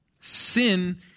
Sin